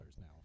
now